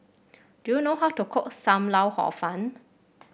do you know how to cook Sam Lau Hor Fun